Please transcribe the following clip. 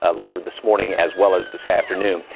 ah later this morning as well as this afternoon.